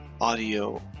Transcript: audio